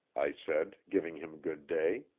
i said, giving him good day.